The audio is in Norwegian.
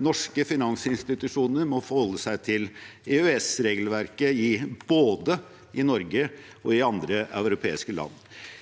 norske finansinstitusjoner må forholde seg til EØS-regelverket både i Norge og i andre europeiske land.